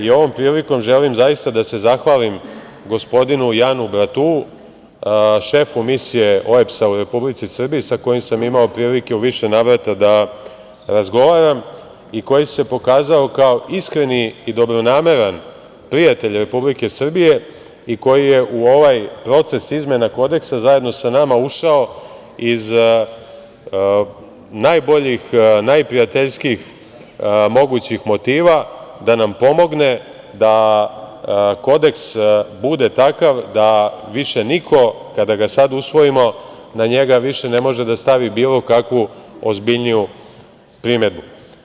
Ovom prilikom želim zaista da se zahvalim gospodinu Janu Bratuu, šefu Misije OEBS-a u Republici Srbiji, sa kojim sam imao prilike u više navrata da razgovaram i koji se pokazao kao iskren i dobronameran prijatelj Republike Srbije i koji je u ovaj proces izmena Kodeksa, zajedno sa nama, ušao iz najboljih, najprijatljskijih mogućih motiva da nam pomogne da Kodeks bude takav da više niko kada ga sad usvojimo na njega više ne može da stavi bilo kakvu ozbiljniju primedbu.